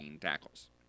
tackles